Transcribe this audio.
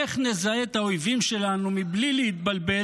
איך נזהה את האויבים שלנו מבלי להתבלבל